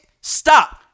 Stop